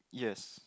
yes